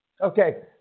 Okay